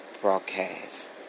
broadcast